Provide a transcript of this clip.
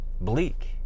bleak